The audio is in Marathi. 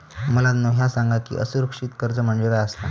मुलांनो ह्या सांगा की असुरक्षित कर्ज म्हणजे काय आसता?